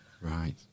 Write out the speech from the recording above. Right